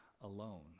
alone